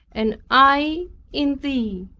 and i in thee,